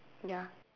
ya